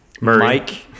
Mike